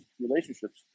relationships